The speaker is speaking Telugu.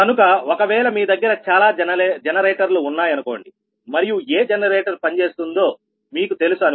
కనుక ఒకవేళ మీ దగ్గర చాలా జనరేటర్లు ఉన్నాయనుకోండి మరియు ఏ జనరేటర్ పనిచేస్తుందో మీకు తెలుసు అనుకోండి